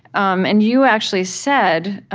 um and you actually said,